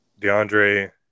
DeAndre